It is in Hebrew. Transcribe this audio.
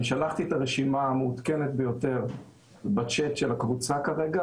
שלחתי את הרשימה המעודכנת ביותר בצ'אט של הקבוצה כרגע,